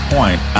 Point